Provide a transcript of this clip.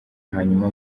hanyuma